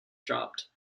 dropped